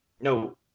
No